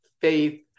faith